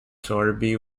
sowerby